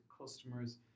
customers